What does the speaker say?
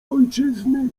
ojczyzny